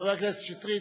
חבר הכנסת מאיר שטרית,